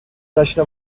داشته